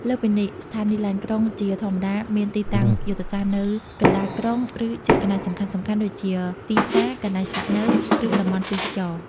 លើសពីនេះ ស្ថានីយ៍ឡានក្រុង ជាធម្មតាមានទីតាំងយុទ្ធសាស្ត្រនៅ កណ្តាលក្រុង ឬ ជិតកន្លែងសំខាន់ៗ ដូចជាទីផ្សារ កន្លែងស្នាក់នៅ ឬតំបន់ទេសចរណ៍។